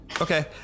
okay